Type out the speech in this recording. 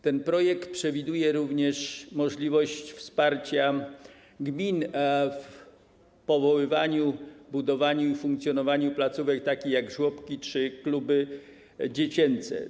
Ten projekt przewiduje również możliwość wsparcia gmin w powoływaniu, budowaniu i funkcjonowaniu placówek takich jak żłobki czy kluby dziecięce.